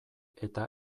eta